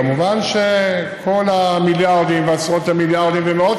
כמובן שכל המיליארדים ועשרות המיליארדים ומאות